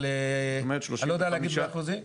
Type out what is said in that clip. אבל אני לא יודע להגיד באחוזים.